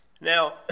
Now